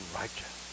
righteous